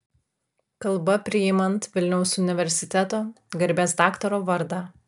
kalba priimant vilniaus universiteto garbės daktaro vardą